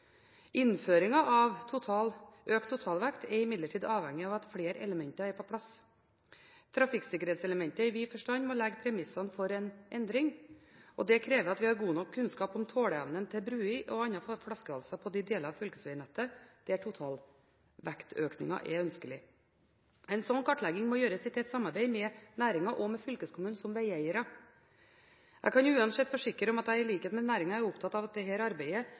av økt totalvekt er imidlertid avhengig av at flere elementer er på plass. Trafikksikkerhetselementet i vid forstand må legge premissene for en endring, og det krever at vi har god nok kunnskap om tåleevnen til bruer og andre flaskehalser på de deler av fylkesvegnettet der totalvektøkningen er ønskelig. En slik kartlegging må gjøres i tett samarbeid med næringen og med fylkeskommunene som vegeiere. Jeg kan uansett forsikre om at jeg i likhet med næringen er opptatt av at dette arbeidet